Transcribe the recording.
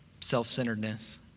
self-centeredness